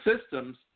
systems